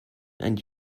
and